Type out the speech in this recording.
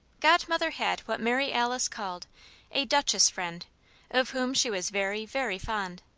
godmother had what mary alice called a duchess friend of whom she was very, very fond.